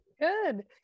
Good